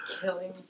killing